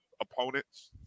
opponents